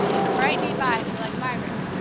her bright, deep eyes were like margaret's,